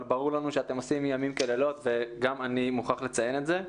אבל ברור לנו שאתם עושים לילות כימים וגם אני מוכרח לציין את זה.